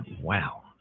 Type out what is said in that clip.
wow